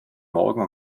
morgen